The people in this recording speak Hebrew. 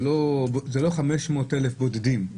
אלה לא 500 אלף בודדים.